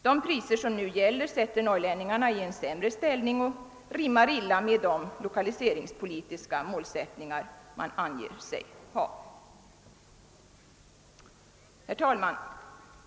De priser som nu gäller sätter norrlänningarna i en sämre ställning och rimmar illa med de lokaliseringspolitiska målsättningar man anger sig ha. Herr talman!